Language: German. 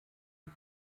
die